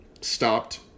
stopped